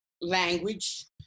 language